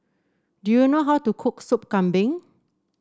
do you know how to cook Sop Kambing